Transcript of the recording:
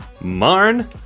marn